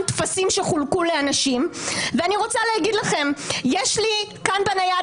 טפסים שחולקו לאנשים ואני רוצה לומר לכם שיש לי כאן בנייד